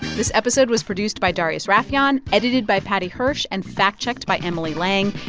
this episode was produced by darius rafieyan, edited by paddy hirsch and fact-checked by emily lang.